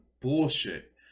bullshit